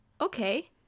okay